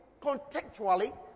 contextually